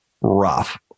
Rough